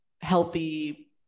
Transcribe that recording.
healthy